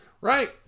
Right